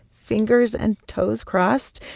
fingers and toes crossed,